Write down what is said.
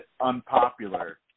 unpopular